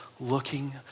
looking